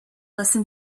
listen